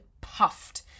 puffed